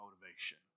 motivation